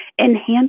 Enhance